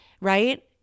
right